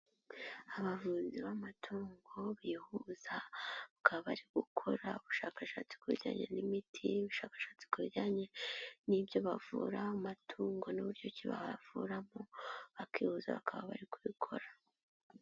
Abavuzi b'amatungongo bihuza bakaba bari gukora ubushakashatsi ku bijyanye n'imiti, ubushakashatsi ku bijyanye n'ibyo bavura amatungo n'uburyo ki bayavuramo bakihuza bakaba bari kubikora.